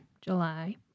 July